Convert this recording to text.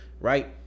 right